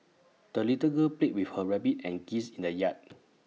the little girl played with her rabbit and geese in the yard